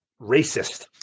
Racist